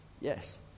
yes